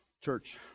church